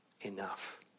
enough